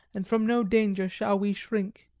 and from no danger shall we shrink.